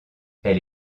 elle